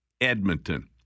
Edmonton